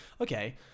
okay